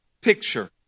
picture